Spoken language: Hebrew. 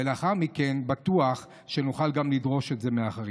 ולאחר מכן בטוח שנוכל גם לדרוש את זה מאחרים.